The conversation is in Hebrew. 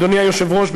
אדוני היושב-ראש,